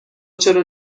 چرا